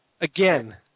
Again